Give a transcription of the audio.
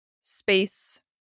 space